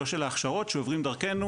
לא של ההכשרות שעוברים דרכנו,